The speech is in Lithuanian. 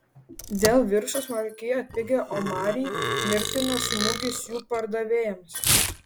dėl viruso smarkiai atpigę omarai mirtinas smūgis jų pardavėjams